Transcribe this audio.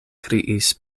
kriis